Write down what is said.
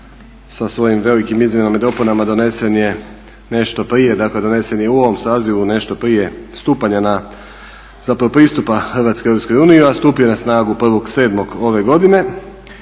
sa svojim velikim izmjenama i dopunama donesen je nešto prije donesen je u ovom sazivu nešto prije stupanja zapravo pristupa Hrvatske EU, a stupio je na snagu 1.7.ove godine